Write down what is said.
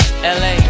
LA